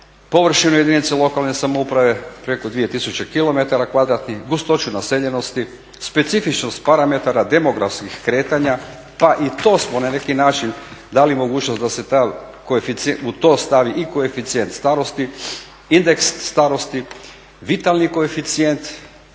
površinu jedinice lokalne samouprave preko 2 tisuća km kvadratnih, gustoću naseljenosti, specifičnost parametara, demografskih kretanja pa i to smo na neki način dali mogućnost da se u to stavi i koeficijent starosti, indeks starosti, vitalni koeficijent